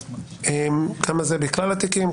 כמה זה בכלל התיקים,